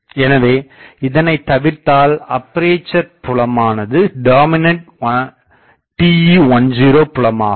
எனவே இதனைத் தவிர்த்தால்அப்பேசர் புலமானது டாமினண்ட் TE10 புலமாகும்